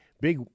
big